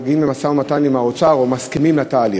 מגיעים למשא-ומתן עם האוצר או מסכימים לתהליך.